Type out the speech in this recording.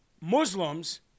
Muslims